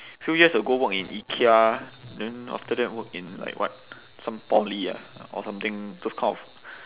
few years ago work in ikea then after that work in like what some poly ah or something those kind of